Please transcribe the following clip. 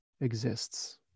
exists